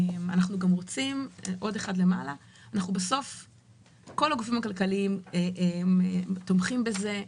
כל הגופים הכלכליים תומכים בזה,